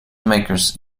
makers